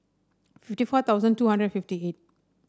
fifty four thousand two hundred fifty eight